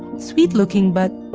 sweet-looking, but,